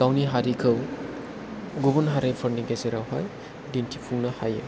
गावनि हारिखौ गुबुन हारिफोरनि गेजेरावहाय दिन्थिफुंनो हायो